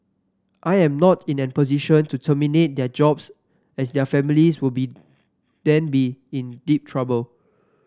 I am not in a position to terminate their jobs as their families will be then be in deep trouble